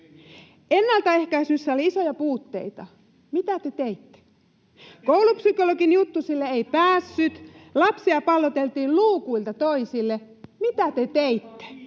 Ennaltaehkäisyssä oli isoja puutteita — mitä te teitte? Koulupsykologin juttusille ei päässyt, [Antti Kurvisen välihuuto] lapsia palloteltiin luukuilta toisille — mitä te teitte?